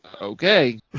Okay